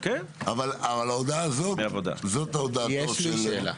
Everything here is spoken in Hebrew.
אבל ההודעה הזאת זאת ההודעה,